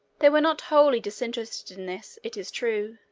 they were not wholly disinterested in this, it is true.